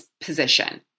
position